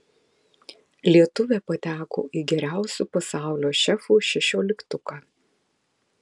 lietuvė pateko į geriausių pasaulio šefų šešioliktuką